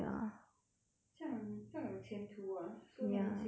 这样这样有前途 ah so 年轻 and it's like